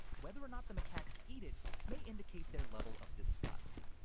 whether or not the macaques eat it may indicate their level of disgust.